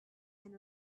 and